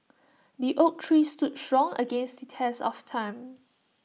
the oak tree stood strong against the test of time